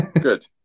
Good